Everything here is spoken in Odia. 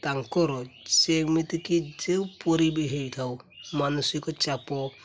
ତାଙ୍କର ସେମିତିକି ଯେଉଁପରି ବି ହେଇଥାଉ ମାନସିକ ଚାପ